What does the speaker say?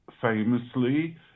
famously